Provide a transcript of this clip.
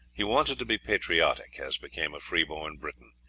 he wanted to be patriotic, as became a free-born briton.